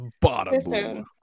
Bottom